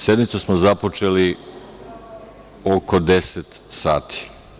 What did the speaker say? Sednicu smo započeli oko 10 sati.